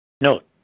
Note